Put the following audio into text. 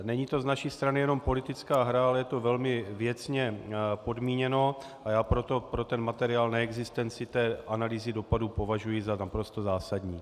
Není to z naší strany jenom politická hra, ale je to velmi věcně podmíněno a já pro ten materiál neexistenci té analýzy dopadu považuji za naprosto zásadní.